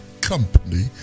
company